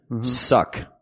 suck